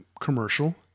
commercial